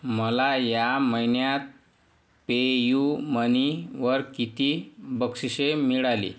मला या महिन्यात पेयू मनीवर किती बक्षिसे मिळाली